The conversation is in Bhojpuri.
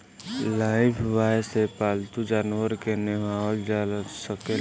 लाइफब्वाय से पाल्तू जानवर के नेहावल जा सकेला